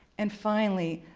and finally,